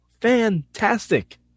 fantastic